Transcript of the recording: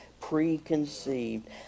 preconceived